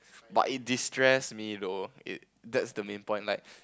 but it distress me though it that's the main point like